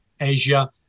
Asia